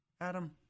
Adam